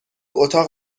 اتاق